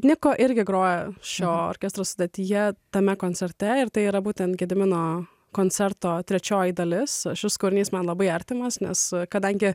niko irgi grojo šio orkestro sudėtyje tame koncerte ir tai yra būtent gedimino koncerto trečioji dalis šis kūrinys man labai artimas nes kadangi